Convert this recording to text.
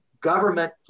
government